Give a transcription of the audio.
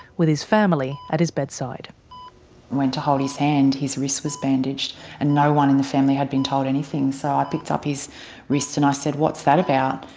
with his family at his bedside. i went to hold his hand, his wrist was bandaged and no one in the family had been told anything so i picked up his wrists and i said, what's that about?